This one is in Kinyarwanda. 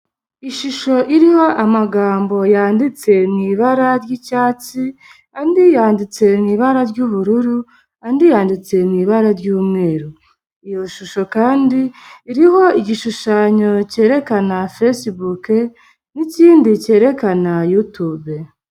Ishusho iriho amagambo yanditse mu ibara ry'icyatsi, andi yanditse mu ibara ry'ubururu andi yanditse mu ibara ry'umweru, iyo shusho kandi iriho igishushanyo cyerekana Facebook n'ikindi cyerekana Youtube,